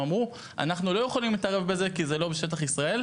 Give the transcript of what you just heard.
אמרו: אנחנו לא יכולים להתערב בזה כי זה לא בשטח ישראל.